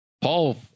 Paul